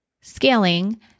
scaling